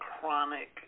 chronic